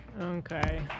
Okay